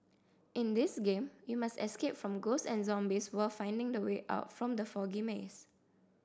in this game you must escape from ghosts and zombies while finding the way out from the foggy maze